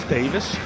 Davis